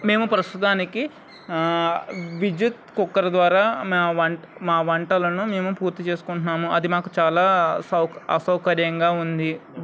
మేము ప్రస్తుతానికి విద్యుత్ కుక్కర్ ద్వారా మా వ మా వంటలను మేము పూర్తి చేసుకుంటున్నాము అది మాకు చాలా అసౌకర్యంగా ఉంది